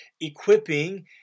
Equipping